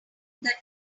that